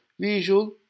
visual